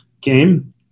game